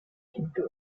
into